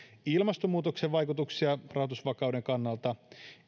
ilmastonmuutoksen vaikutuksia rahoitusvakauden kannalta